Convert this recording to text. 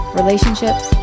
relationships